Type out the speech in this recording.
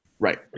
Right